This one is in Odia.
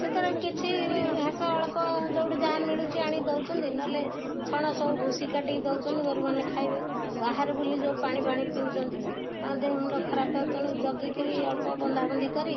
ସେଥିରେ କିଛି ଘାସ ଅଳ୍ପ ଯେଉଁଠୁ ଯାହା ମିଳୁଚି ଆଣି ଦେଉଛନ୍ତି ନହେଲେ ଛଣ ସବୁ ଭୁଷ କାଟିକି ଦେଉଛନ୍ତି ଗୋରୁ ମାନେ ଖାଇବେ ବାହାରେ ବୁଲି ଯେଉଁ ପାଣି ଫାଣି ପିଉଛନ୍ତି ତା' ଦେହ ମୁୁଣ୍ଡ ଖରାପ ହେଉ ତେଣୁ ଜଗି କରି ଅଳ୍ପ ବନ୍ଧା ବନ୍ଧି କରି